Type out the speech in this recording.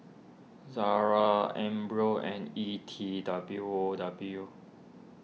Zara Ambros and E T W O W